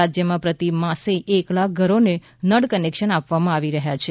રાજ્યમાં પ્રતિ માસે એક લાખ ઘરોને નળ કનેકશન આપવામાં આવી રહ્યા છે